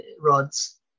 rods